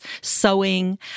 sewing